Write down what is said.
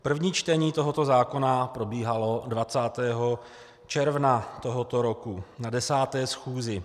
První čtení tohoto zákona probíhalo 20. června tohoto roku na 10. schůzi.